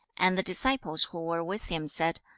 and the disciples who were with him said,